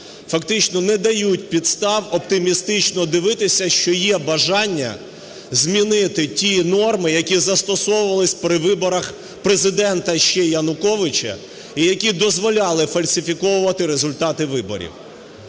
фактично не дають підстав оптимістично дивитися, що є бажання змінити ті норми, які застосовувались при виборах Президента ще Януковича і які дозволяли фальсифіковувати результати виборів.